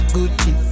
Gucci